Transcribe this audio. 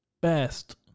best